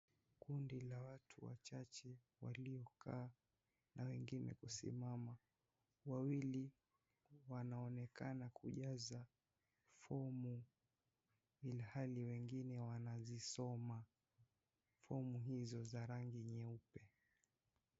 Kundi la watu wachache walio kaa na wengine kusimama, wawili wanaonekana kujaza fomu ilhali wengine wanazisoma fomu hizo za rangi nyeupe.